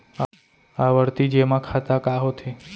आवर्ती जेमा खाता का होथे?